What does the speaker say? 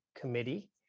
Committee